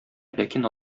ләкин